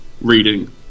reading